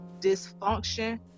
dysfunction